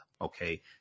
okay